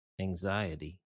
anxiety